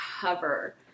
cover